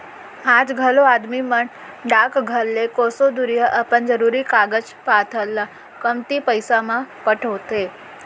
आज घलौ आदमी मन डाकघर ले कोसों दुरिहा अपन जरूरी कागज पातर ल कमती पइसा म पठोथें